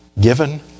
Given